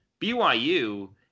BYU